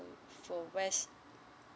for west